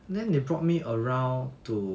then they brought me around to